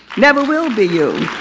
never will be you.